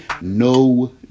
No